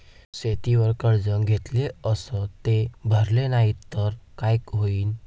शेतीवर कर्ज घेतले अस ते भरले नाही तर काय होईन?